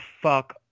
fuck